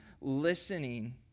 listening